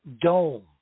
dome